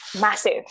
Massive